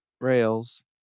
Rails